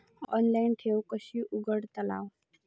Online ठेव कशी उघडतलाव?